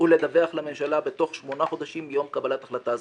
ולדווח לממשלה בתוך שמונה חודשים מיום קבלת החלטה זו.